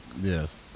Yes